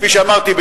כפי שאמרתי,